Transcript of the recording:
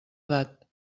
edat